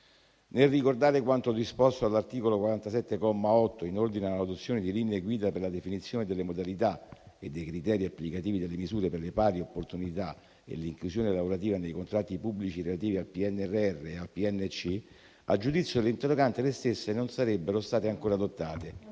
Nel ricordare quanto disposto dall'articolo 47, comma 8, in ordine all'adozione di linee guida per la definizione delle modalità e dei criteri applicativi delle misure per le pari opportunità e l'inclusione lavorativa nei contratti pubblici relativi al PNRR e al PNC, a giudizio dell'interrogante, le stesse non sarebbero state ancora adottate